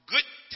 Good